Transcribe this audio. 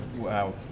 wow